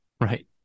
Right